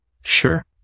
Sure